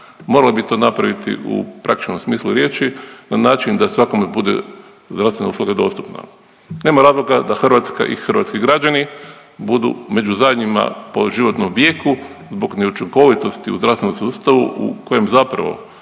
morali bi to napraviti u praktičnom smislu riječi na način da svakome bude zdravstvena usluga dostupna. Nema razloga da Hrvatska i hrvatski građani budu među zadnjima po životnom vijeku zbog neučinkovitosti u zdravstvenom sustavu u kojem zapravo